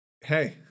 hey